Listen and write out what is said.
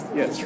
Yes